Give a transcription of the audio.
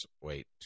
Wait